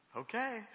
okay